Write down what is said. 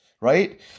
right